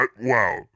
wow